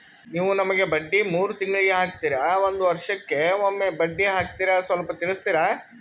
ನೀವು ನಮಗೆ ಬಡ್ಡಿ ಮೂರು ತಿಂಗಳಿಗೆ ಹಾಕ್ತಿರಾ, ಒಂದ್ ವರ್ಷಕ್ಕೆ ಒಮ್ಮೆ ಬಡ್ಡಿ ಹಾಕ್ತಿರಾ ಸ್ವಲ್ಪ ತಿಳಿಸ್ತೀರ?